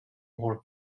more